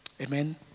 Amen